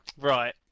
Right